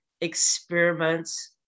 experiments